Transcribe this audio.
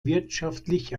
wirtschaftlich